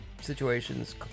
situations